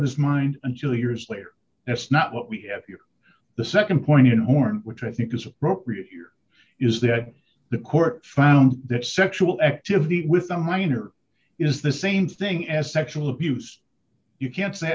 his mind until years later that's not what we have you the nd point in horn which i think is appropriate here is that the court found that sexual activity with a minor is the same thing as sexual abuse you can't say